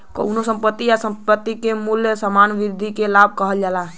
कउनो संपत्ति या संपत्ति के मूल्य में सामान्य वृद्धि के लाभ कहल जाला